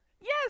Yes